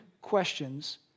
questions